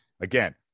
again